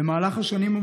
במהלך השנים,